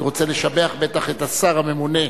והוא רוצה לשבח בטח את השר הממונה.